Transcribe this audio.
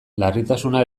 larritasuna